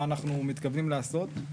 מה אנחנו מתכוונים לעשות.